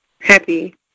happy